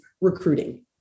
recruiting